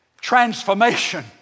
transformation